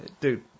dude